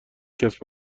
کسب